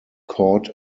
caught